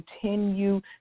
continue